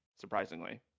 surprisingly